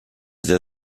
sehr